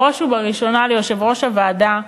בראש ובראשונה ליושב-ראש הוועדה,